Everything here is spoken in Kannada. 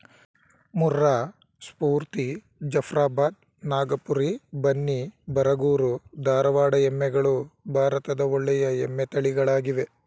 ಮುರ್ರಾ, ಸ್ಪೂರ್ತಿ, ಜಫ್ರಾಬಾದ್, ನಾಗಪುರಿ, ಬನ್ನಿ, ಬರಗೂರು, ಧಾರವಾಡ ಎಮ್ಮೆಗಳು ಭಾರತದ ಒಳ್ಳೆಯ ಎಮ್ಮೆ ತಳಿಗಳಾಗಿವೆ